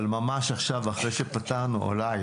אבל ממש עכשיו אחרי שפתרנו אולי,